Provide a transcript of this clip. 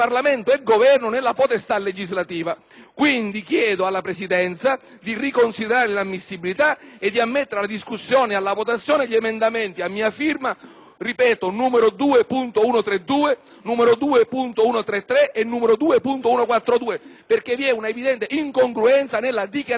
Quindi, chiedo alla Presidenza di riconsiderare l'inammissibilità e di ammettere alla discussione e alla votazione gli emendamenti a mia firma, cioè il 2.132, il 2.133 e il 2.142, perché vi è una evidente incongruenza nella dichiarazione della loro inammissibilità da parte della Commissione.